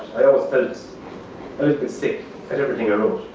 i always felt a little bit sick at everything i